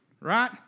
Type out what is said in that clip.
right